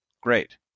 Great